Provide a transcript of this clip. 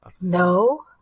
No